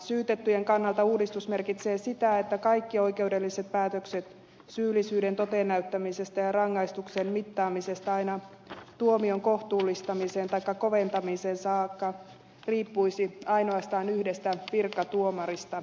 syytettyjen kannalta uudistus merkitsee sitä että kaikki oikeudelliset päätökset syyllisyyden toteen näyttämisestä ja rangaistuksen mittaamisesta aina tuomion kohtuullistamiseen taikka koventamiseen saakka riippuisi ainoastaan yhdestä virkatuomarista